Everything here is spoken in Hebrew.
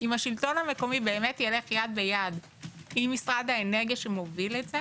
אם השלטון המקומי באמת ילך יד ביד עם משרד האנרגיה שמוביל את זה